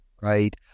right